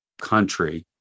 country